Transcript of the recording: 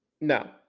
no